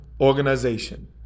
organization